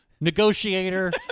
Negotiator